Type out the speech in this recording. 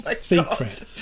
secret